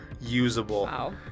usable